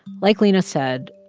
like lina said,